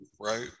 right